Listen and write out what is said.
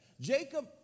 Jacob